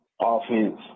offense